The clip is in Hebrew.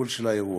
ובתפעול של האירוע.